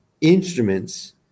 instruments